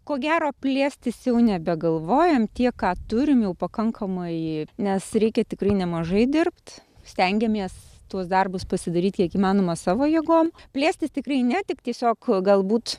ko gero plėstis jau nebegalvojam tiek ką turim pakankamai nes reikia tikrai nemažai dirbt stengiamės tuos darbus pasidaryti kiek įmanoma savo jėgom plėstis tikrai ne tik tiesiog galbūt